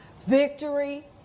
victory